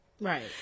Right